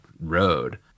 road